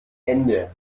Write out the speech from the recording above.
ende